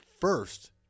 first